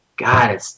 God